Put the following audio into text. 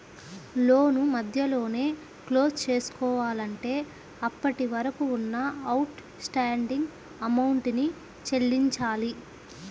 లోను మధ్యలోనే క్లోజ్ చేసుకోవాలంటే అప్పటివరకు ఉన్న అవుట్ స్టాండింగ్ అమౌంట్ ని చెల్లించాలి